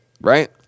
right